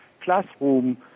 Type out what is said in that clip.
classroom